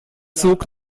zug